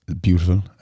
beautiful